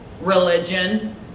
Religion